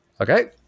Okay